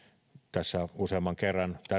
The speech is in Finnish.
tässä on useamman kerran